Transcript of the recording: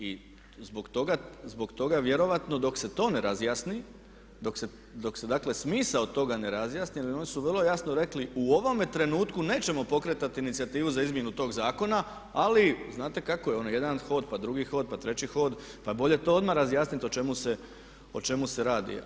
I zbog toga vjerojatno dok se to ne razjasni, dok se dakle smisao toga ne razjasni jer oni su vrlo jasno rekli, u ovome trenutku nećemo pokretati inicijativu za izmjenu tog zakona ali znate kako je ono, jedan hod, pa drugi hod, pa treći hod, pa bolje to odmah razjasniti o čemu se radi.